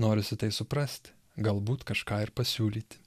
norisi tai suprasti galbūt kažką ir pasiūlyti